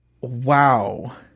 Wow